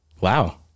Wow